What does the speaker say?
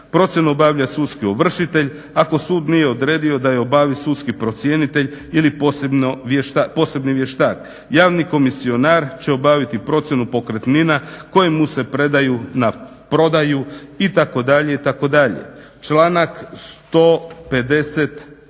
Procjenu obavlja sudski ovršitelj ako sud nije odredio da ju obavi sudski procjenitelj ili posebni vještak. Javni komisionar će obaviti procjenu pokretnina koje mu se predaju na prodaju itd. Članak 152.,